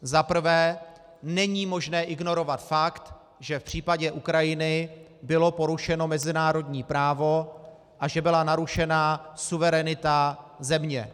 Za prvé, není možné ignorovat fakt, že v případě Ukrajiny bylo porušeno mezinárodní právo a že byla narušena suverenita země.